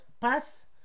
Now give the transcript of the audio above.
pass